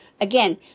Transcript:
again